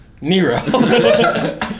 Nero